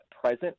present